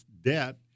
debt